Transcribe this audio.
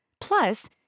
Plus